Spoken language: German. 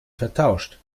vertauscht